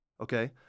Okay